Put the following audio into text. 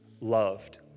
loved